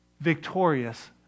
victorious